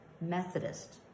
Methodist